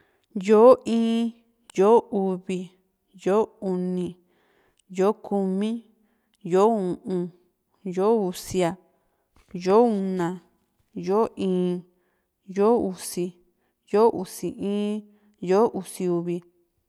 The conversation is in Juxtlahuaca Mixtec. yó´in, yó´o uvi, yó´o uni, yó´o kumi, yó´o u´un, yó´o iñu, yó´o usia, yó´o una, yó´o íín, yó´o usi, yó´o usi in yó´o usi uvi.